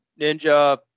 ninja